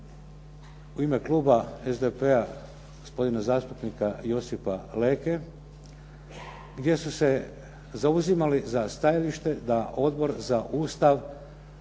u ime Kluba SDP-a, gospodina zastupnika Josipa Leke gdje su se zauzimali za stajalište da Odbor za Ustav